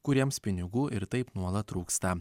kuriems pinigų ir taip nuolat trūksta